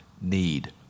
need